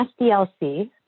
SDLC